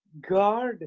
God